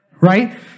right